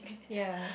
ya